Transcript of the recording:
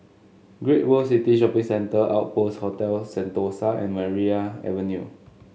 Great World City Shopping Centre Outpost Hotel Sentosa and Maria Avenue